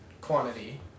quantity